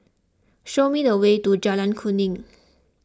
show me the way to Jalan Kuning